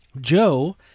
Joe